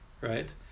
right